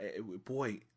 boy